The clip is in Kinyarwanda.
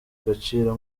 agaciro